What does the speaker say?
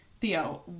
Theo